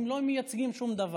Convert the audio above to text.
הם לא מייצגים שום דבר.